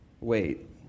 wait